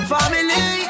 Family